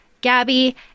Gabby